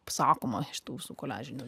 pasakoma iš tų su koliažiniu